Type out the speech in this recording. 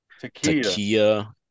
Takia